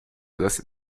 das